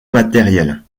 matériels